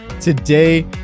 Today